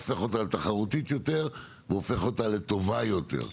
הופך אותה לתחרותית יותר ולטובה יותר.